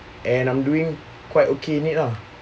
and I'm doing quite okay in it lah